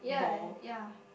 ball